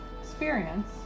experience